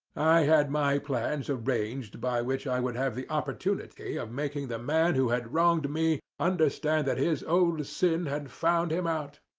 had my plans arranged by which i should have the opportunity of making the man who had wronged me understand that his old sin had found him out.